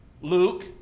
Luke